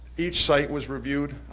each site was reviewed,